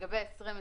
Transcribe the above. לגבי 2021,